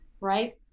Right